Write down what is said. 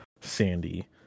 sandy